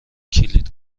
کلید